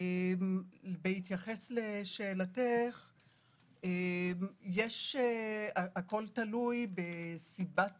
בהתייחס לשאלתך, הכול תלוי בסיבת